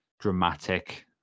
dramatic